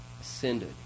ascended